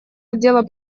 отдела